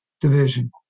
division